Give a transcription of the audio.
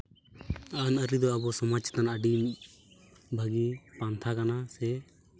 ᱟᱹᱱᱼᱟᱹᱨᱤ ᱫᱚ ᱟᱵᱚ ᱥᱚᱢᱟᱡᱽ ᱨᱮᱱᱟᱜ ᱟᱹᱰᱤ ᱵᱷᱟᱹᱜᱤ ᱯᱟᱱᱛᱷᱟ ᱠᱟᱱᱟ ᱥᱮ